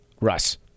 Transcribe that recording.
Russ